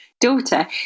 daughter